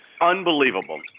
Unbelievable